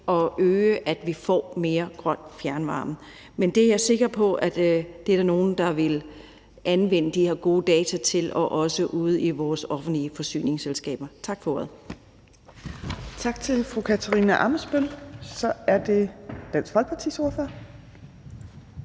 gøre, at vi får mere grøn fjernvarme? Men det er jeg sikker på at der er nogen der vil anvende de her gode data til, også ude i vores offentlige forsyningsselskaber. Tak for ordet. Kl. 10:13 Tredje næstformand (Trine Torp): Tak til fru Katarina Ammitzbøll. Så er det Dansk Folkepartis ordfører.